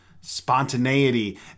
spontaneity